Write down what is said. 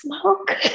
smoke